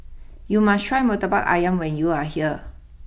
you must try Murtabak Ayam when you are here